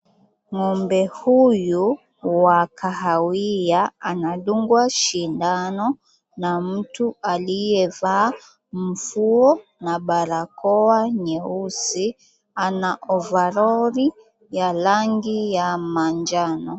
Ng'ombe huyu wa kahawia anadungwa shindano na mtu aliyevaa mfuo na barakoa nyeusi, ana ovaroli ya rangi ya manjano.